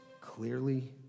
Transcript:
Clearly